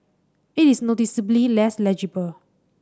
it is noticeably less legible